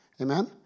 Amen